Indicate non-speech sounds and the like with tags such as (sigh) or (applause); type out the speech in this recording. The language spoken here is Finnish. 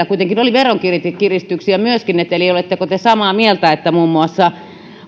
(unintelligible) kuitenkin oli veronkiristyksiä myöskin eli oletteko te samaa mieltä että muun muassa